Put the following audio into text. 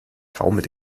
taumelt